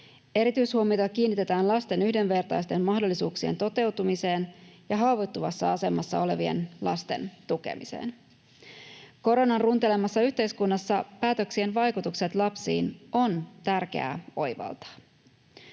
Erityishuomiota kiinnitetään lasten yhdenvertaisten mahdollisuuksien toteutumiseen ja haavoittuvassa asemassa olevien lasten tukemiseen. Koronan runtelemassa yhteiskunnassa päätöksien vaikutukset lapsiin on tärkeää oivaltaa.